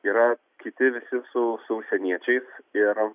yra kiti visi su su užsieniečiais ir